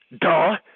Duh